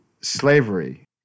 slavery